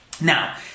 Now